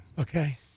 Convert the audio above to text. okay